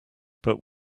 but